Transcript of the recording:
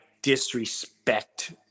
disrespect